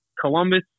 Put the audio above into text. Columbus